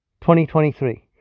2023